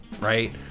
right